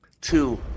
Two